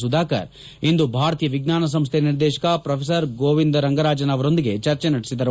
ಸುಧಾಕರ್ ಇಂದು ಭಾರತೀಯ ವಿಜ್ಞಾನ ಸಂಸ್ಥೆ ನಿರ್ದೇಶಕ ಪ್ರೊಫೆಸರ್ ಗೋವಿಂದನ್ ರಂಗರಾಜನ್ ಅವರೊಂದಿಗೆ ಚರ್ಚೆ ನಡೆಸಿದರು